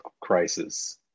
crisis